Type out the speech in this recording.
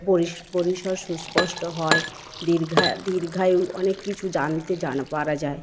পরিসর সুস্পষ্ট হয় দীর্ঘায়ু অনেক কিছু জানতে পারা যায়